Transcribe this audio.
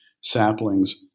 saplings